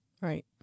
Right